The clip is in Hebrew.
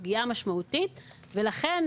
לכן,